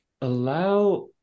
allow